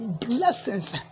blessings